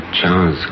chance